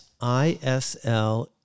isl